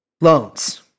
Loans